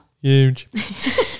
Huge